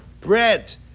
bread